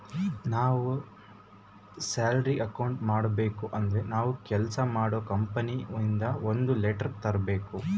ನಾವ್ salary account ಮಾಡಬೇಕು ಅಂದ್ರೆ ನಾವು ಕೆಲ್ಸ ಮಾಡೋ ಕಂಪನಿ ಇಂದ ಒಂದ್ ಲೆಟರ್ ತರ್ಬೇಕು